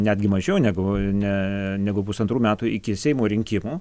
netgi mažiau negu ne negu pusantrų metų iki seimo rinkimų